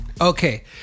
Okay